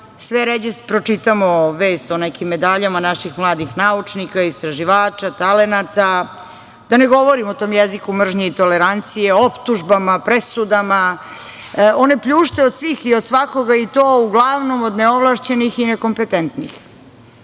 Sve ređe pročitamo vest o nekim medaljama naših mladih naučnika, istraživača, talenata. Da ne govorim o tom jeziku mržnje i tolerancije, optužbama, presudama. One pljušte i od svih i od svakoga i to uglavnom od neovlašećnih i nekompententnih.